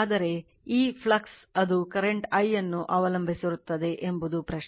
ಆದರೆ ಈ ಫ್ಲಕ್ಸ್ ಅದು current I ಅನ್ನು ಅವಲಂಬಿಸಿರುತ್ತದೆ ಎಂಬುದು ಪ್ರಶ್ನೆ